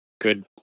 good